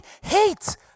hate